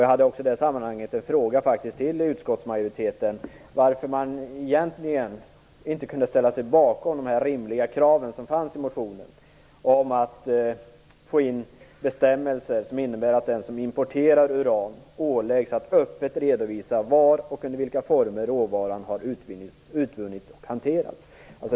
Jag hade i det sammanhanget också en fråga till utskottsmajoriteten: Varför kunde man inte ställa sig bakom de rimliga krav som finns i motionen om att få in bestämmelser som innebär att den som importerar uran åläggs att öppet redovisa var och under vilka former råvaran har utvunnits och hanterats?